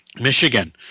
Michigan